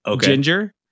ginger